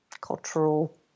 cultural